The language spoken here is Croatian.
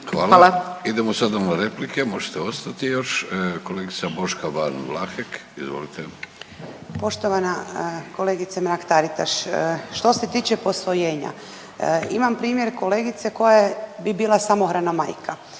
Hvala. Idemo sada na replike pa ćete ostati još. Kolegica Boška Ban Vlahek, izvolite. **Ban, Boška (SDP)** Poštovana kolegice Mrak-Taritaš. Što se tiče posvojenja, imam primjer kolegice koja je, bi bila samohrana majka,